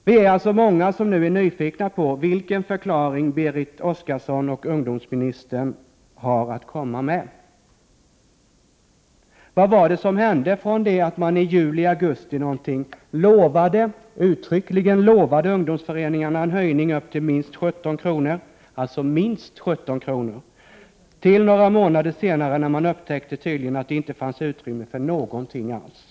Vi är alltså många som nu är nyfikna på vilken förklaring Berit Oscarsson och ungdomsministern har att komma med. Vad var det som hände från det att man i juli-augusti uttryckligen lovade ungdomsföreningarna en höjning till minst 17 kr. — alltså minst 17 kr. — till några månader senare när man upptäckte att det tydligen inte fanns uttrymme för någonting alls?